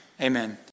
Amen